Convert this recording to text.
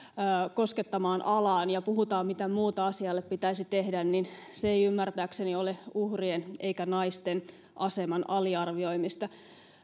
koskettamaan alaan ja puhutaan mitä muuta asialle pitäisi tehdä ei ymmärtääkseni ole uhrien eikä naisten aseman aliarvioimista